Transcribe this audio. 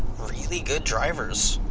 really good drivers.